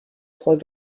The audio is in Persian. خود